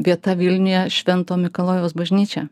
vieta vilniuje švento mikalojaus bažnyčia